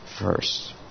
first